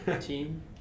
team